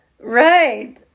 Right